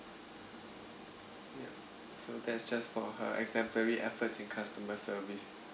ya so that's just for her exemplary efforts in customer service